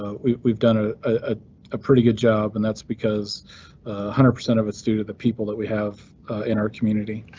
but we've we've done a ah ah pretty good job, and that's because one hundred percent of its to to the people that we have in our community.